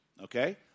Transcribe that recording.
okay